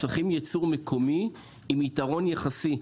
צריך ייצור מקומי עם יתרון יחסי.